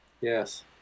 Yes